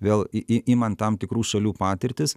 vėl i i iman tam tikrų šalių patirtis